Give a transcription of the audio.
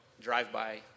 drive-by